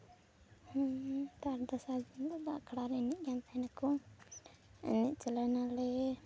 ᱛᱟᱨ ᱫᱚᱥᱟᱨ ᱫᱤᱱ ᱫᱚ ᱟᱠᱷᱲᱟ ᱨᱮ ᱮᱱᱮᱡ ᱠᱟᱱ ᱛᱟᱦᱮᱱᱟᱠᱚ ᱮᱱᱮᱡ ᱪᱟᱞᱟᱣ ᱱᱟᱞᱮ